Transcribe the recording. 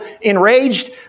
enraged